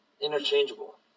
interchangeable